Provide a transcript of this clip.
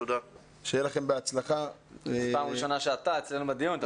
פעם ראשונה שאתה אצלנו בדיון.